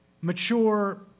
Mature